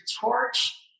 torch